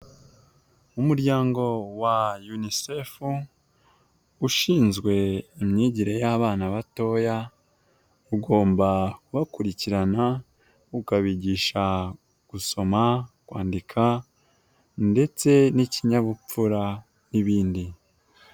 Umuryango wa UNICEF, ushinzwe imyigire y'abana batoya, ugomba kubakurikirana ukabigisha gusoma, kwandika, ndetse n'ikinyabupfura n'ibindi.